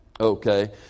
Okay